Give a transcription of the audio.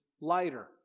lighter